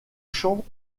champs